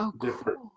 different